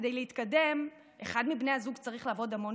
כדי להתקדם אחד מבני הזוג צריך לעבוד המון